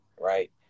right